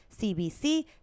cbc